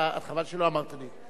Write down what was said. חבל שלא אמרת לי.